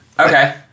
Okay